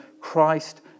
Christ